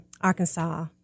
Arkansas